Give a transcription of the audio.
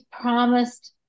promised